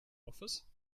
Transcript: office